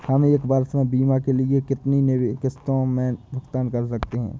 हम एक वर्ष में बीमा के लिए कितनी किश्तों में भुगतान कर सकते हैं?